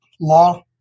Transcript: Law